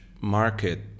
market